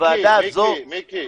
הוועדה הזו --- מיקי,